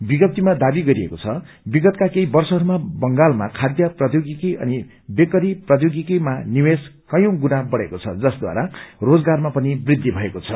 विज्ञप्तीमा दावी गरिएको छ विगतका केही वर्षहरूमा बंगालमा खाय प्रौद्योगिकी अनि वेकरी प्रौद्योगिकीमा निवेश कयौं गुण बढ़ेको छ जसद्वारा रोजगारमा पनि वृद्धि भएको छ